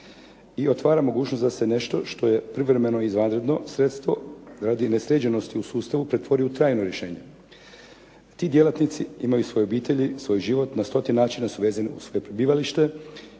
i otvara mogućnost da se nešto što je privremeno izvanredno sredstvo, radi nesređenosti u sustavu pretvori u trajno rješenje. Ti djelatnici imaju svoje obitelji i svoj život, na …/Govornik se ne razumije./… načina su vezani uz svoje prebivalište